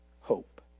hope